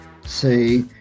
say